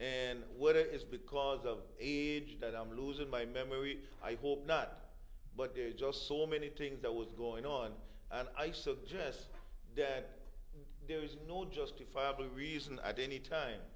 and what it is because of age that i'm losing my memory i hope not but you just saw many things that was going on and i suggest that there is no justifiable reason i do any time